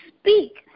speak